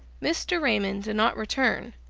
mr. raymond did not return,